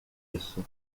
isso